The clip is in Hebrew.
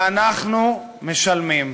ואנחנו משלמים.